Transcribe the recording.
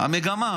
המגמה,